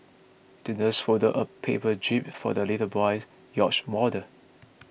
the nurse folded a paper jib for the little boy's yacht model